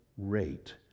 rate